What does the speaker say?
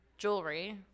jewelry